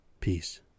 Peace